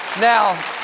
Now